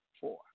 four